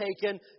taken